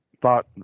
Thought